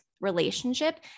relationship